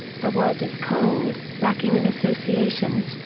the word is cold, lacking in associations,